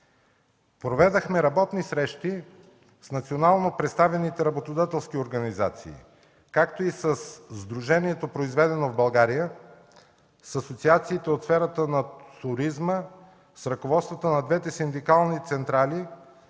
Проведохме работни срещи с национално представените работодателски организации, със Сдружението „Произведено в България“, с асоциациите от сферата на туризма, с ръководствата на двете синдикални централи,